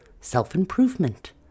self-improvement